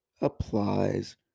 applies